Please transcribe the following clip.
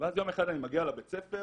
ואז יום אחד אני מגיע לבית ספר,